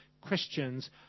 Christians